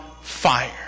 fire